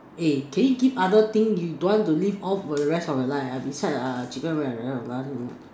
eh can you give other thing you don't want to live off for the rest of your life I decide are chicken rice ah Nasi-Lemak